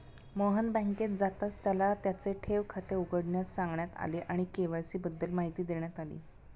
मोहन बँकेत जाताच त्याला त्याचे ठेव खाते उघडण्यास सांगण्यात आले आणि के.वाय.सी बद्दल माहिती देण्यात आली